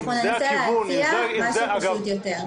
אני רוצה להציע משהו פשוט יותר.